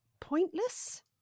pointless